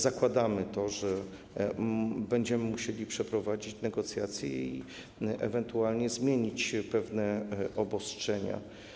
Zakładamy, że będziemy musieli przeprowadzić negocjacje i ewentualnie zmienić pewne obostrzenia.